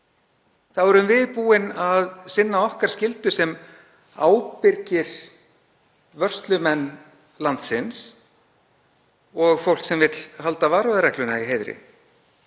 Þá erum við búin að sinna okkar skyldum sem ábyrgir vörslumenn landsins og fólk sem vill halda varúðarregluna í heiðri.